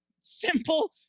simple